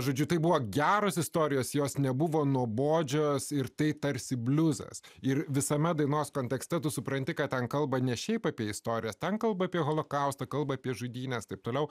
žodžiu tai buvo geros istorijos jos nebuvo nuobodžios ir tai tarsi bliuzas ir visame dainos kontekste tu supranti kad ten kalba ne šiaip apie istoriją ten kalba apie holokaustą kalba apie žudynes taip toliau